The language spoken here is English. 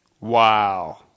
Wow